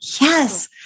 Yes